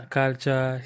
culture